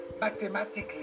mathematically